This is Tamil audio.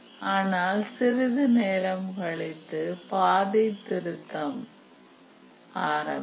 ஆனால் சிறிது நேரம் கழித்து பாதை திருத்தம் ஆரம்பிக்கும்